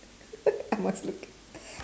I must look